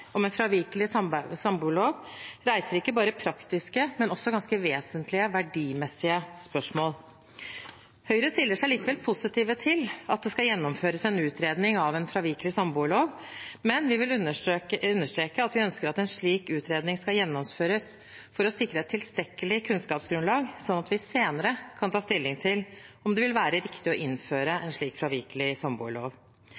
om en fravikelig samboerlov reiser ikke bare praktiske, men også ganske vesentlige verdimessige spørsmål. Høyre stiller seg likevel positiv til at det skal gjennomføres en utredning av en fravikelig samboerlov, men vi vil understreke at vi ønsker at en slik utredning skal gjennomføres for å sikre et tilstrekkelig kunnskapsgrunnlag, slik at vi senere kan ta stilling til om det vil være riktig å